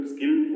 Skill